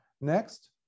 Next